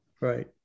Right